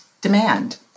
demand